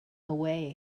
away